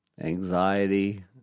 anxiety